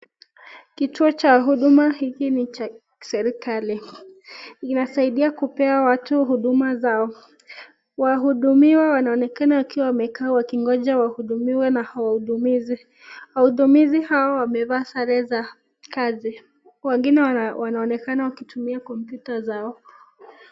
Kituo cha huduma hiki ni cha serekali, inasaidia kupewa watu huduma zao. wahutumiwa wanaokekana wakiwa wamekaa wakingoja wahudumiwa na wahudumizi. Wahudumizi hawa wamevaa sare za kazi. Wengine wanaonekana wakitumia [computer] zao.